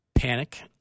panic